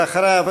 ואחריו,